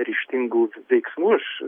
ryžtingų veiksmų aš